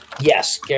Yes